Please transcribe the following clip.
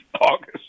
August